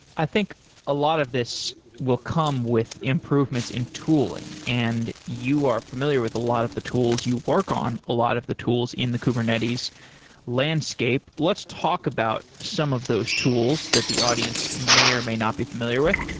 i think a lot of this will come with improvements in tooling, and you are familiar with a lot of the tools, you work on a lot of the tools in the kubernetes landscape. let's talk about some of those tools that the audience may or may not be familiar with.